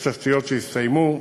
יש תשתיות שהסתיימו,